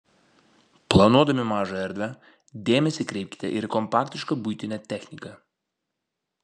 planuodami mažą erdvę dėmesį kreipkite ir į kompaktišką buitinę techniką